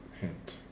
hint